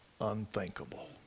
unthinkable